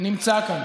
נמצא כאן.